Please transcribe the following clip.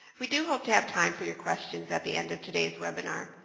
we do hope to have time for your questions at the end of today's webinar.